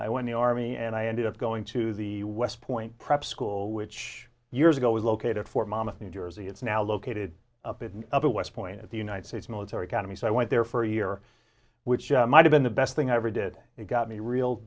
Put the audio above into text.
so when the army and i ended up going to the west point prep school which years ago was located at fort monmouth new jersey it's now located up in upper west point at the united states military academy so i went there for a year which might have been the best thing i ever did it got me real